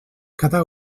cada